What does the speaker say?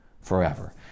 forever